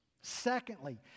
Secondly